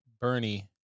Bernie